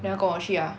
你要跟我去啊